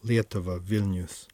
lietuva vilnius